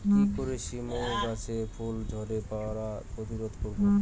কি করে সীম গাছের ফুল ঝরে পড়া প্রতিরোধ করব?